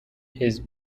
his